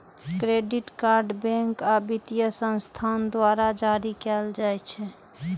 credit card bank आ वित्तीय संस्थान द्वारा जारी कैल जाइ छै